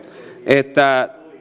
että